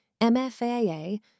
MFAA